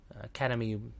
Academy